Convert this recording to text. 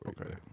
Okay